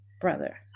brother